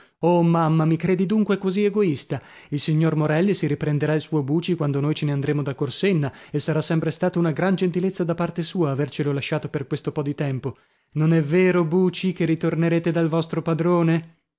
oh mamma mi credi dunque così egoista il signor morelli si riprenderà il suo buci quando noi ce ne andremo da corsenna e sarà sempre stata una gran gentilezza da parte sua avercelo lasciato per questo po di tempo non è vero buci che ritornerete dal vostro padrone